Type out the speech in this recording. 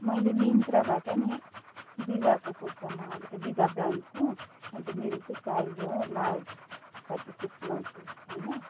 मैले मिन्त्राबाट नि बिबाको कुर्ता मगाएको थिएँ बिबा ब्रान्डको अन्त मेरो चाहिँ साइज हो लार्ज थर्टी सिक्स लाउँछु होइन